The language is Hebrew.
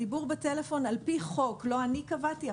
הדיבור בטלפון על פי חוק לא אני קבעתי אלא